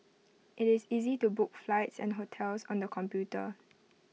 IT is easy to book flights and hotels on the computer